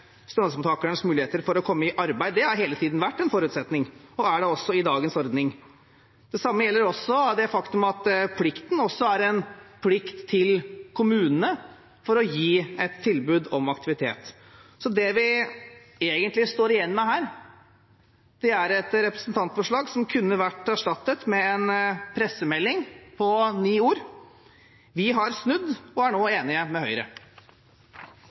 stønadsmottakernes muligheter for å komme i arbeid, har hele tiden vært en forutsetning og er det også i dagens ordning. Det samme gjelder det faktum at plikten også er en plikt for kommunene til å gi et tilbud om aktivitet. Så det vi egentlig står igjen med her, er et representantforslag som kunne vært erstattet med en pressemelding på ni ord: Vi har snudd og er nå enige med Høyre.